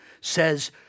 says